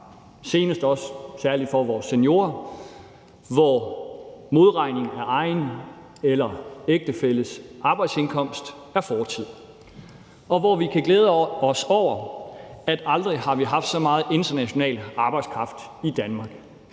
senest også særlig for vores seniorer, hvor modregning af egen eller ægtefælles arbejdsindkomst er fortid, og hvor vi kan glæde os over, at aldrig har vi haft så meget international arbejdskraft i Danmark.